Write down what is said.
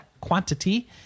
quantity